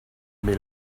mais